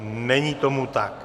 Není tomu tak.